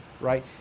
right